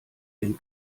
den